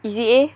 easy A